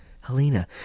Helena